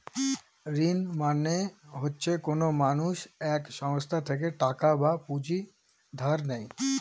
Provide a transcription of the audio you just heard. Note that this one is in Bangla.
ঋণ মানে হচ্ছে কোনো মানুষ এক সংস্থা থেকে টাকা বা পুঁজি ধার নেয়